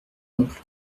oncle